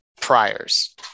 priors